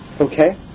Okay